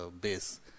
base